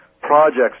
projects